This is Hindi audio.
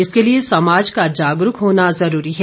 इसके लिए समाज का जागरूक होना जरूरी है